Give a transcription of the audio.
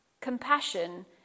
Compassion